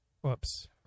Whoops